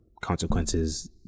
consequences